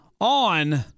on